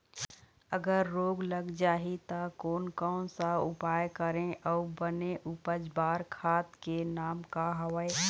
अगर रोग लग जाही ता कोन कौन सा उपाय करें अउ बने उपज बार खाद के नाम का हवे?